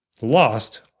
lost